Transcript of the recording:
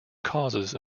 causes